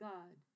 God